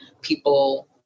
people